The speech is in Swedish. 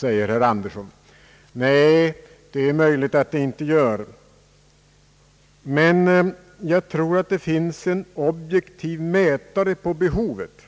Det gör det kanske inte, men jag tror att det finns en objektiv mätare på behovet,